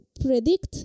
predict